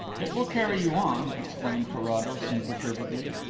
it will carry you on, explained carrados imperturbably.